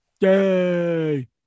Yay